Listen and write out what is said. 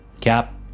Cap